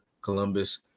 Columbus